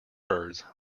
birds